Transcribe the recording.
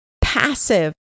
passive